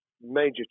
major